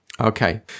Okay